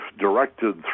directed